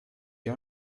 you